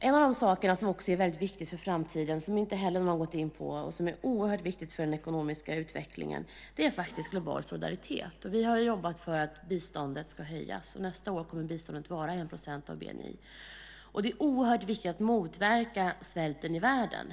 En av de saker som är oerhört viktiga för framtiden och för den ekonomiska utveckling och som ingen har gått in på är global solidaritet. Vi har jobbat för att biståndet ska höjas, och det kommer nästa år att vara 1 % av BNI. Det är oerhört viktigt att motverka svälten i världen.